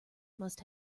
must